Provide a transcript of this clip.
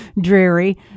dreary